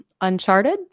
Uncharted